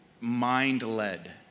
mind-led